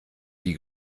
die